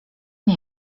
nie